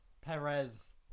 Perez